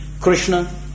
Krishna